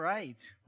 right